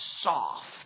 soft